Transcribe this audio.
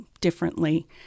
differently